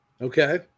Okay